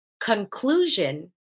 Conclusion